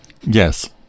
Yes